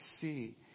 see